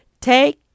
take